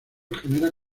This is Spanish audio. genera